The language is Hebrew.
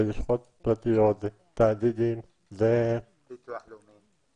זה לשכות פרטיות, תאגידים, ביטוח לאומי.